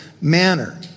manner